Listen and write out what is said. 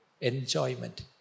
enjoyment